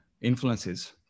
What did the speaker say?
influences